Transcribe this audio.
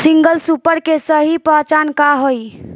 Single super के सही पहचान का हई?